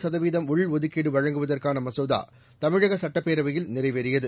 சதவீதம் உள்ஒதுக்கீடு வழங்குவதற்கான மசோதா தமிழக சட்டப்பேரவையில் நிறைவேறியது